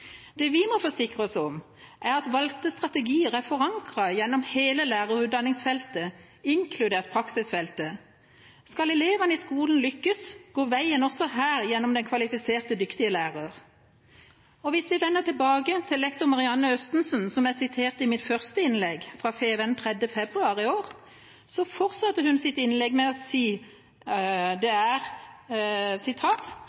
Det vi må forsikre oss om, er at valgte strategier er forankret gjennom hele lærerutdanningsfeltet – inkludert praksisfeltet. Skal elevene i skolen lykkes, går veien også her gjennom den kvalifiserte, dyktige læreren. Hvis vi vender tilbake til lektor Marianne Østensen, som jeg siterte i mitt første innlegg, fra Fædrelandsvennen 3. februar i år, fortsetter hun sitt innlegg med å si: «Derfor er